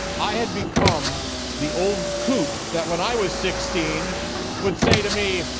i had become the old coot that when i was sixteen would say to me,